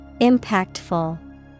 Impactful